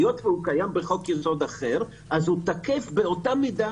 היות והוא קיים בחוק יסוד אחר אז הוא תקף באותה מידה.